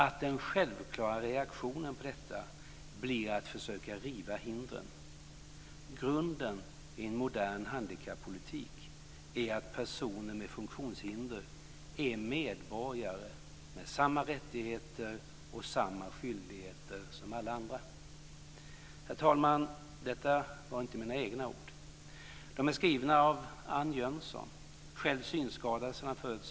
Att den självklara reaktionen på detta blir att försöka riva hindren. Grunden i en modern handikappolitik är att personer med funktionshinder är medborgare med samma rättigheter och samma skyldigheter som alla andra. Herr talman! Dessa ord är inte mina egna. De är skrivna av Ann Jönsson, själv synskadad sedan födseln.